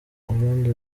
urundi